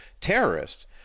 terrorists